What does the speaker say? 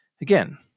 Again